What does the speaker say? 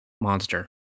monster